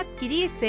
adquirirse